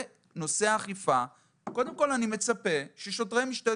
בנושא האכיפה אני מצפה ששוטרי משטרת